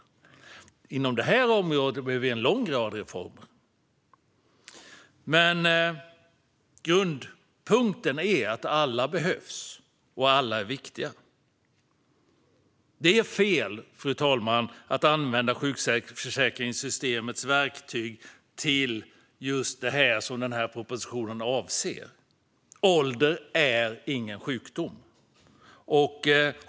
Inom detta område behöver vi en lång rad reformer. Men grundpunkten är att alla behövs och att alla är viktiga. Fru talman! Det är fel att använda sjukförsäkringssystemets verktyg till just det som denna proposition avser. Ålder är ingen sjukdom.